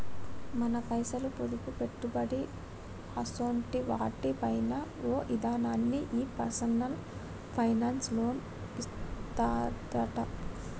మన పైసలు, పొదుపు, పెట్టుబడి అసోంటి వాటి పైన ఓ ఇదనాన్ని ఈ పర్సనల్ ఫైనాన్స్ లోనే సూత్తరట